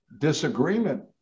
disagreement